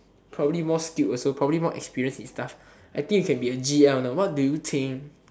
probably more skilled also probably more experienced and stuff I think you can be a g_l you know what do you think